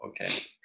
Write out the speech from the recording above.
okay